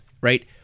right